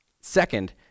Second